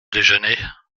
déjeuner